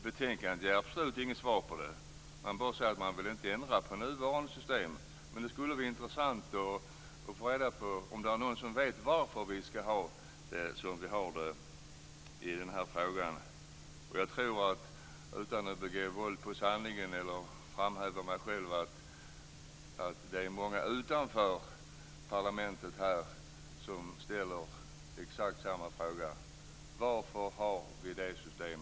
Betänkandet ger absolut inget svar på det. Det sägs bara att man inte vill ändra på nuvarande system. Men det skulle vara intressant att få reda på om det är någon som vet varför vi skall ha det på detta sätt. Och utan att begå våld på sanningen och utan att framhäva mig själv tror jag att det är många utanför parlamentet som ställer exakt samma fråga: Varför har vi detta system?